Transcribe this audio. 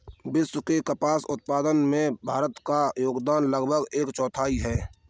विश्व के कपास उत्पादन में भारत का योगदान लगभग एक चौथाई है